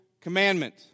commandment